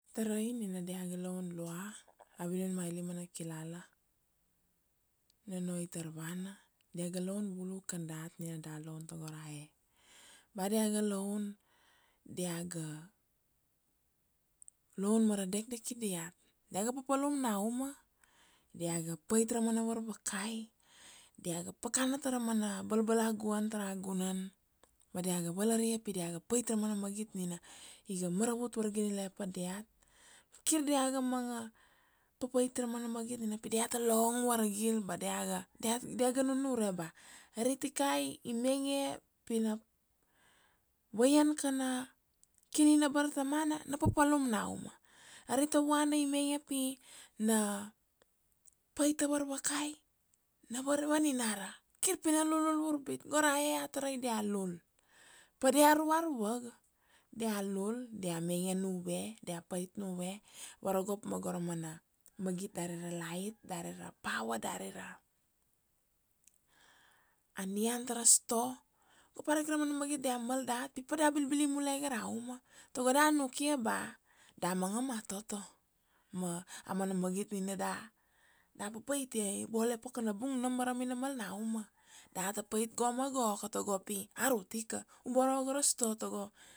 Tarai nina diaga laun lua, avinun ma ilima na kilala, nono itar vana, diaga laun bulu kan dat nina da laun tago ra e. Ba diaga laun, diaga, laun mara dekdeki diat. Diaga papalum na uma, diaga pait ra mana varvakai, diaga pakana tara mana balbalaguan tara gunan, ma diaga valaria pi diaga pait ra mana magit nina iga maravut vargiliena pa diat, vakir diaga papait ra mana magit nina pi diata long vargil, ba diaga, dia-diaga nunure ba ari tikai, i mainge pi na, vaian kana kini na bartamana, na papalum na uma. Ari ta vuana i mainge pi, na pait ta varvakai, na varvaninara. Kir pina nununur pi, go ra e a tarai dia lul. Padia ruvaruva ga. Dia lul, dia mainge nuve, dia pait nuve, varagop ma go ra mana magit dari ra lait, dari ra power, dari ra, a nina tara sto. Go parika ra mana magit dia mal dat pi pada bilbili mule ge ra uma. Tago da nukia ba, da managa matoto. Ma, a mana magit nina da, da papait ia, i vole pakanabung na mara minamal na uma. Data pait go ma gokotago pi, arut ika, uborogo ra sto tago